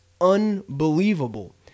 unbelievable